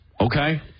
Okay